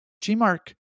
G-Mark